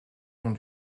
long